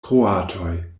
kroatoj